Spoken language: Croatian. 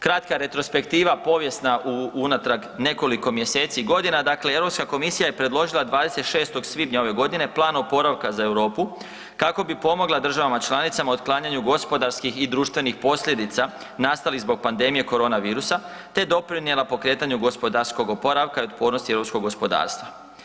Kratka retrospektiva povijesna unatrag nekoliko mjeseci, godina, dakle Europska komisija je predložila 26. svibnja ove godine Plan oporavka za Europu kako bi pomogla državama članicama otklanjanju gospodarskih i društvenih posljedica nastalih zbog pandemije korona virusa te doprinijela pokretanju gospodarskog oporavka i otpornosti europskog gospodarstva.